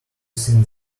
think